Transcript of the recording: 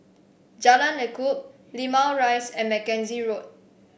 Jalan Lekub Limau Rise and Mackenzie Road